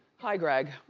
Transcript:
hi greg.